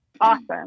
awesome